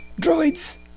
droids